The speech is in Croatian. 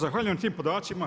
Zahvaljujem na tim podacima.